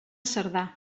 cerdà